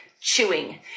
chewing